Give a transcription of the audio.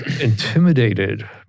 intimidated